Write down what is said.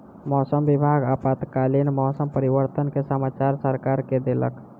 मौसम विभाग आपातकालीन मौसम परिवर्तन के समाचार सरकार के देलक